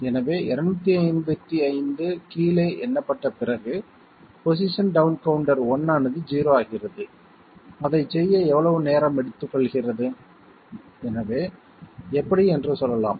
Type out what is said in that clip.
எனவே 255 கீழே எண்ணப்பட்ட பிறகு பொசிஷன் டவுன் கவுண்டர் 1 ஆனது 0 ஆகிறது அதைச் செய்ய எவ்வளவு நேரம் எடுத்துக்கொள்கிறது எனவே எப்படி என்று சொல்லலாம்